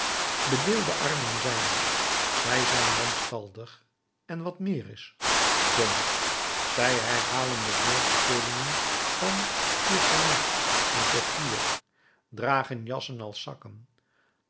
bedeelde armen zijn zij zijn wanstaltig en wat meer is dom zij herhalen de woordspelingen van tiercelin en pothier dragen jassen als zakken